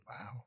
Wow